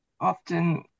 often